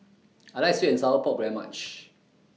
I like Sweet and Sour Pork very much